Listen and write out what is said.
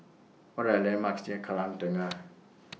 What Are The landmarks near Kallang Tengah